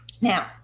Now